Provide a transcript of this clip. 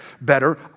better